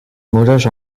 moulage